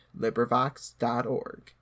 LibriVox.org